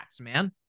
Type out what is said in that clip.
man